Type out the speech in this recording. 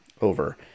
over